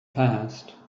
passed